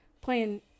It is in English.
playing